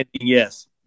Yes